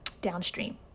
downstream